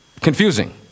confusing